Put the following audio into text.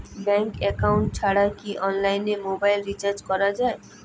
Bank account ছাড়া কি অনলাইনে মোবাইল রিচার্জ করা যায়?